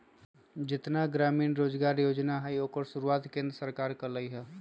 जेतना ग्रामीण रोजगार योजना हई ओकर शुरुआत केंद्र सरकार कर लई ह